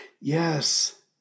Yes